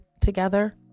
together